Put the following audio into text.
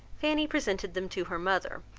fanny presented them to her mother,